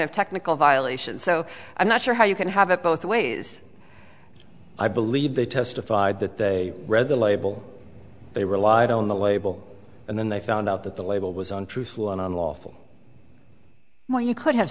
of technical violation so i'm not sure how you can have it both ways i believe they testified that they read the label they relied on the label and then they found out that the label was untruthful and unlawful well you could have